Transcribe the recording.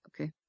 Okay